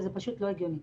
וזה פשוט לא הגיוני.